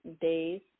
Days